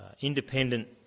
independent